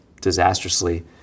disastrously